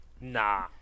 Nah